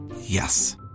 Yes